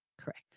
Correct